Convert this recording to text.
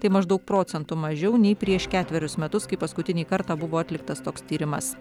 tai maždaug procentu mažiau nei prieš ketverius metus kai paskutinį kartą buvo atliktas toks tyrimas